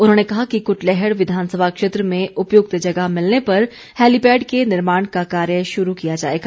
उन्होंने कहा कि कुटलैहड़ विधानसभा क्षेत्र में उपयुक्त जगह मिलने पर हैलीपैड के निर्माण का कार्य शुरू किया जाएगा